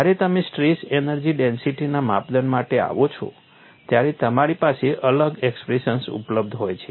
જ્યારે તમે stress energy ડેન્સિટીના માપદંડ માટે આવો છો ત્યારે તમારી પાસે અલગ એક્સપ્રેશન્સ ઉપલબ્ધ હોય છે